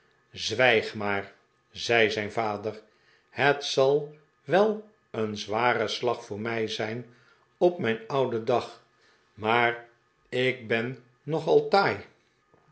zwijg maar zei zijn vader het zal wel een zware slag voor mij zijn op mijn oudeh dag maar ik ben nogal